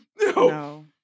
No